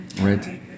Right